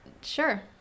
Sure